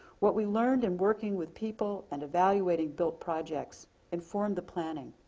what we learned in working with people and evaluating build projects informed the planning,